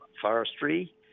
forestry